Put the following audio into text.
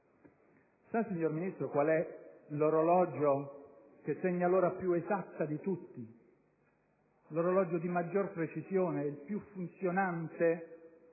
Sa, signor Ministro, qual è l'orologio che segna l'ora più esatta di tutti, l'orologio di maggior precisione e il più funzionante